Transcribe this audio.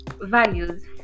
values